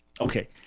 Okay